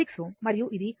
6 Ω మరియు ఇది 0